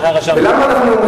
ולמה אני אומר